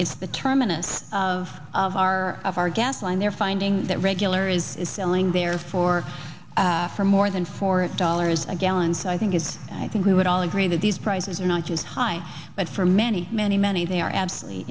terminus of of our of our gas line they're finding that regular is selling there for for more than four dollars a gallon so i think it's i think we would all agree that these prices are not just high but for many many many they are absolutely